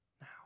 now